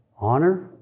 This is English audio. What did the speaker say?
Honor